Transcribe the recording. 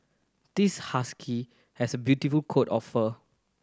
this husky has a beautiful coat of fur